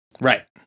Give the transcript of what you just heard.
Right